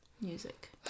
music